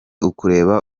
ukureba